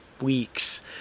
weeks